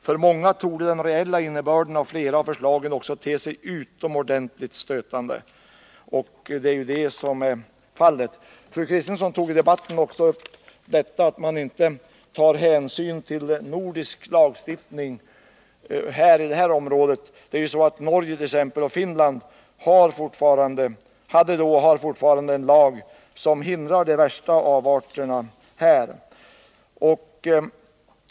För många torde den reella innebörden av flera av förslagen också te sig utomordentligt stötande.” Det är det som har blivit fallet. Fru Kristensson tog i debatten också upp att hänsyn inte togs till nordisk lagstiftning på området. Norge och Finland hade då och har fortfarande en lag som hindrar de värsta avarterna.